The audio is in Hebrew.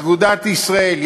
אגודת ישראל,